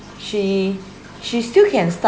she she still can start